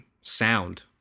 sound